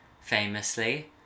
famously